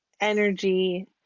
energy